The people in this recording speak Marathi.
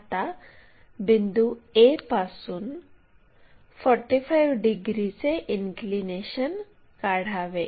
आता बिंदू a पासून 45 डिग्रीचे इन्क्लिनेशन काढावे